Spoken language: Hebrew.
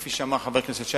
וכפי שאמר חבר הכנסת שי,